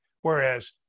Whereas